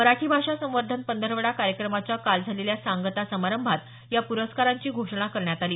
मराठी भाषा संवर्धन पंधरवडा कार्यक्रमाच्या काल झालेल्या सांगता समारंभात या पुरस्कारांची घोषणा करण्यात आली